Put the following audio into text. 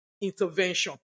intervention